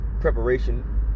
preparation